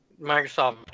microsoft